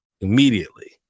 immediately